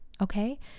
Okay